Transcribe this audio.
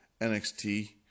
NXT